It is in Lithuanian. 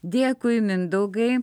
dėkui mindaugai